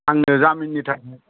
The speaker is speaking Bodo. आंनो जामिननि थाखाय